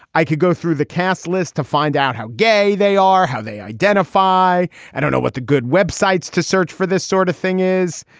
i could go through the cast list to find out how gay they are how they identify i don't know what the good web sites to search for this sort of thing is.